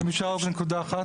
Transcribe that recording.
אפשר עוד נקודה אחת?